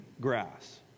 grass